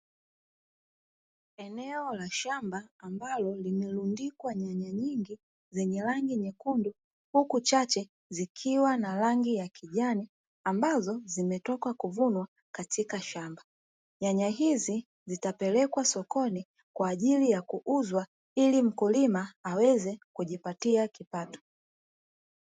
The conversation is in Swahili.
Eneo la shamba ambalo limerundikwa nyanya nyingi zenye rangi nyekundu, huku chache zikiwa na rangi ya kijani ambazo zimetoka kuvunwa katika shamba nyanya hizi zitapelekwa sokoni kwa ajili ya kuuzwa ili mkulima aweze kujipatia kipato.